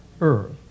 earth